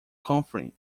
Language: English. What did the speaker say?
conferring